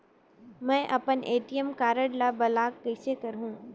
मै अपन ATM card ल ब्लाक कइसे करहूं?